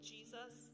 Jesus